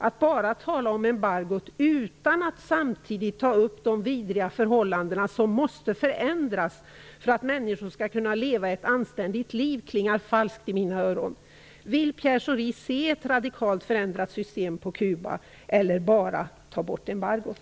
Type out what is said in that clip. Att bara tala om embargot utan att samtidigt ta upp de vidriga förhållandena, som måste förändras för att människor skall kunna leva ett anständigt liv, klingar falskt i mina öron. Vill Pierre Schori se ett radikalt förändrat system på Kuba eller bara ta bort embargot?